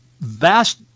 vast